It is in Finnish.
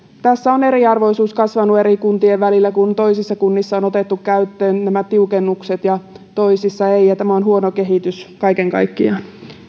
tässä on eriarvoisuus kasvanut eri kuntien välillä kun toisissa kunnissa on otettu käyttöön nämä tiukennukset ja toisissa ei ja tämä on huono kehitys kaiken kaikkiaan